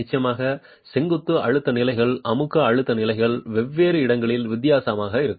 நிச்சயமாக செங்குத்து அழுத்த நிலைகள் அமுக்க அழுத்த நிலைகள் வெவ்வேறு இடங்களில் வித்தியாசமாக இருக்கும்